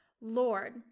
Lord